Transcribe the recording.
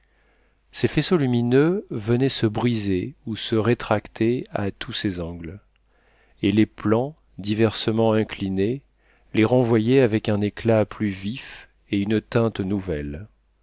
ces faisceaux lumineux venaient se briser ou se réfracter à tous ces angles et les plans diversement inclinés les renvoyaient avec un éclat plus vif et une teinte nouvelle